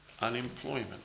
unemployment